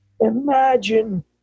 imagine